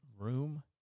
room